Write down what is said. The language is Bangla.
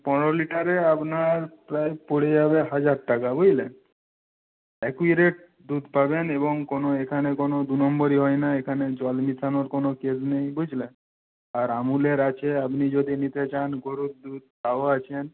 পনেরো লিটারে আপনার প্রায় পড়ে যাবে হাজার টাকা বুঝলেন অ্যাকিউরেট দুধ পাবেন এবং কোনো এখানে কোনো দুনম্বরি হয় না এখানে জল মেশানোর কোনো কেস নেই বুঝলেন আর আমুলের আছে আপনি যদি নিতে চান গরুর দুধ তাও আছে